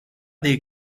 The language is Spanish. del